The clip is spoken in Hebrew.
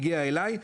הגיע אליי.